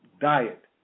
diet